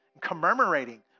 commemorating